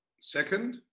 Second